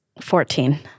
fourteen